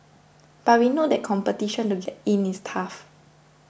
but we know that competition to get in is tough